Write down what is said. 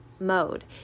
mode